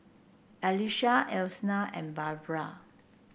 Alesha Elna and Barbra